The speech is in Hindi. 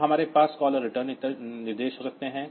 तब हमारे पास कॉल और रिटर्न निर्देश हो सकते हैं